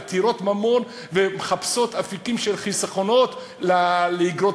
הן עתירות ממון ומחפשות אפיקים של חסכונות לאיגרות